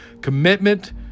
commitment